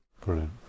Brilliant